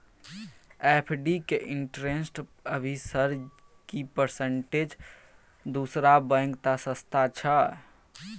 FD के interest अभी sir की परसेंट दूसरा बैंक त सस्ता छः?